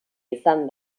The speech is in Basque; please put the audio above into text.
izan